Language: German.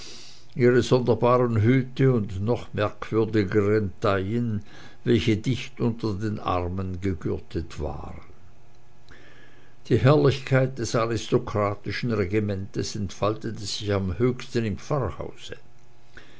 ihre sonderbaren hüte und noch merkwürdigeren taillen welche dicht unter den armen gegürtet waren die herrlichkeit des aristokratischen regimentes entfaltete sich am höchsten im pfarrhause